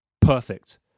Perfect